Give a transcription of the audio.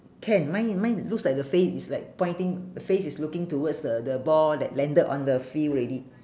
can mine mine looks like the face is like pointing the face is looking towards the the ball that landed on the field already